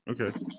Okay